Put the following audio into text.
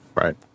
Right